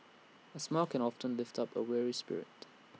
A smile can often lift up A weary spirit